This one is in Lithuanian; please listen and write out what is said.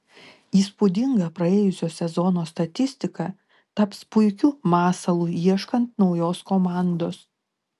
įspūdinga praėjusio sezono statistika taps puikiu masalu ieškant naujos komandos